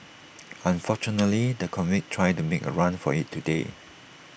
unfortunately the convict tried to make A run for IT today